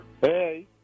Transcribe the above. Hey